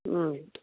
ꯎꯝ